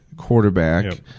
quarterback